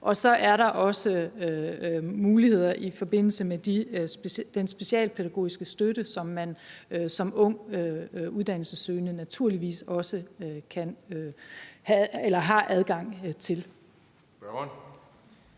Så er der også muligheder i forbindelse med den specialpædagogiske støtte, som man som ung uddannelsessøgende naturligvis også har adgang til.